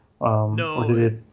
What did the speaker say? No